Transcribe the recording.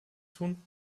tun